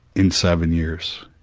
in seven years,